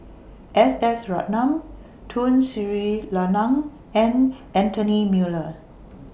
S S Ratnam Tun Sri Lanang and Anthony Miller